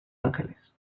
ángeles